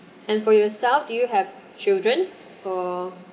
and for yourself do you have children or